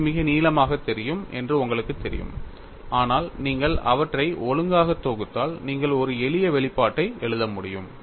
இது மிக நீளமாகத் தெரியும் என்று உங்களுக்குத் தெரியும் ஆனால் நீங்கள் அவற்றை ஒழுங்காக தொகுத்தால் நீங்கள் ஒரு எளிய வெளிப்பாட்டை எழுத முடியும்